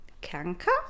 Kanka